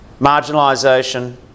marginalisation